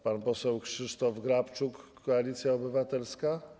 Pan poseł Krzysztof Grabczuk, Koalicja Obywatelska.